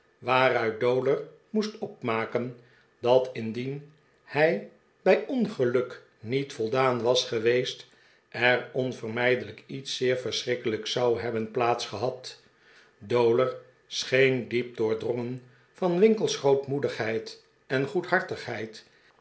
waaruit dowler moest opmaken dat indien hij bij ongeluk niet voldaan was geweest er onvermijdeiijk iets zeer verschrikkelijks zou hebben plaats gehad dowler scheen diep doordrongen van winkle's grootmoedigheid en